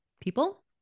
people